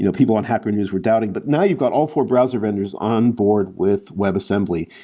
you know people on hacker news were doubting. but now, you've got all four browser vendors onboard with webassembly.